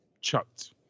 chucked